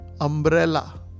Umbrella